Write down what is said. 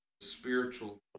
spiritual